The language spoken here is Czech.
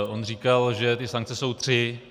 On říkal, že sankce jsou tři.